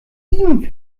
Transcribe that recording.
ihm